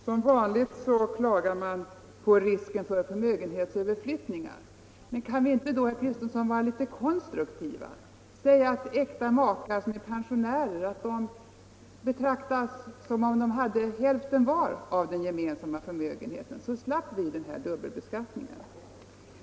Som vanligt klagar man på risken för förmögenhetsöverflyttning. Men kan vi inte då, herr Kristenson, vara litet konstruktiva och säga att äkta makar som är pensionärer betraktas som om de hade hälften var av den gemensamma förmögenheten så slapp vi den här dubbelbeskattningen?